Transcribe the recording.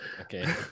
Okay